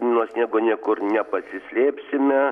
nuo sniego niekur nepasislėpsime